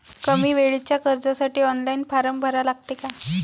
कमी वेळेच्या कर्जासाठी ऑनलाईन फारम भरा लागते का?